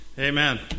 Amen